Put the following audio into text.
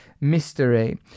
mystery